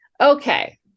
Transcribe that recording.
Okay